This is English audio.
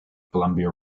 columbia